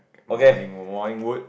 morning warning wood